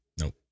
Nope